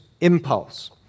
impulse